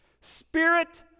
Spirit